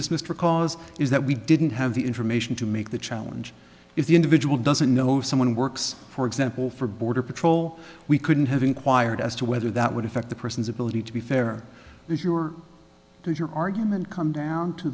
for cause is that we didn't have the information to make the challenge if the individual doesn't know someone works for example for border patrol we couldn't have inquired as to whether that would affect the person's ability to be fair if you're if your argument come down to